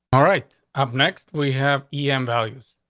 all right, up next, we have e m values,